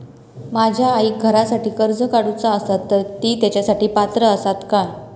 माझ्या आईक घरासाठी कर्ज काढूचा असा तर ती तेच्यासाठी पात्र असात काय?